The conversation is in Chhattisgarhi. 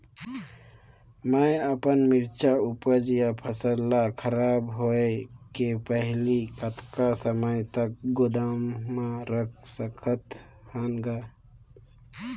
मैं अपन मिरचा ऊपज या फसल ला खराब होय के पहेली कतका समय तक गोदाम म रख सकथ हान ग?